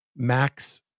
Max